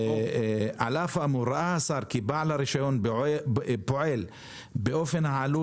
על אף האמור ראה השר כי בעל הרישיון פועל באופן העלול